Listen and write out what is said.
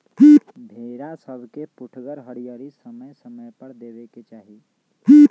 भेड़ा सभके पुठगर हरियरी समय समय पर देबेके चाहि